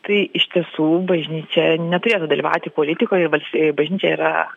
tai iš tiesų bažnyčia neturėtų dalyvauti politikoje valsty bažnyčia yra